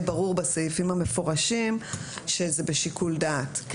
ברור בסעיפים המפורשים שזה בשיקול דעת,